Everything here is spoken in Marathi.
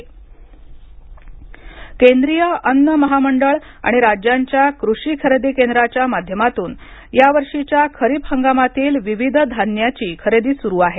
खरीप खरेदी केंद्रीय अन्न महामंडळ आणि राज्यांच्या कृषी खरेदी केंद्राच्या माध्यमातून यावर्षीच्या खरीप हंगामातील विविध धान्याची खरेदी सुरु आहे